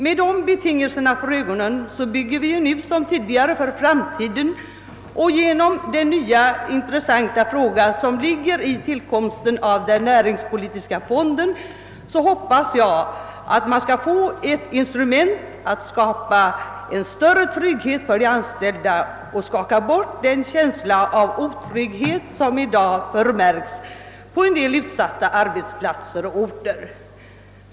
Med de betingelserna för ögonen bygger vi nu som tidigare för framtiden, och jag hoppas att man i och med tillkomsten av den näringspolitiska fonden skall få ett instrument för att skapa större trygghet för de anställda och skaka bort den känsla av otrygghet som i dag förmärkts på en del utsatta arbetsplatser och orter.